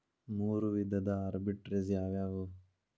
ಮೂರು ವಿಧದ ಆರ್ಬಿಟ್ರೆಜ್ ಯಾವವ್ಯಾವು?